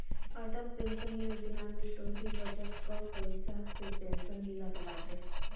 Atal pension योजना में तोहरी बचत कअ पईसा से पेंशन मिलत बाटे